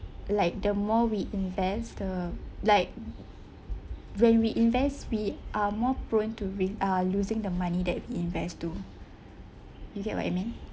like the more we invest the like when we invest we are more prone to re~ uh losing the money that we invest to you get what it mean